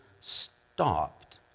stopped